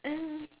uh